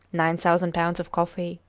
nine thousand pounds of coffee,